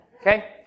Okay